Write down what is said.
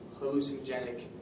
hallucinogenic